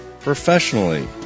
professionally